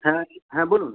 হ্যাঁ হ্যাঁ বলুন